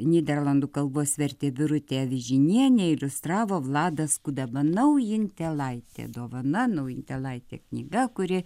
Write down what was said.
nyderlandų kalbos vertė birutė avižinienė iliustravo vladas kudaba naujintelaitė dovana naujintelaitė knyga kuri